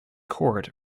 court